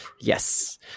Yes